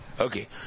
Okay